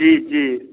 जी जी